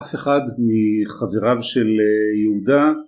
אף אחד מחבריו של יהודה